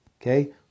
okay